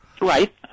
Right